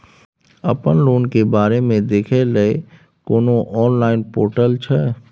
अपन लोन के बारे मे देखै लय कोनो ऑनलाइन र्पोटल छै?